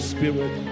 Spirit